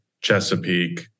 Chesapeake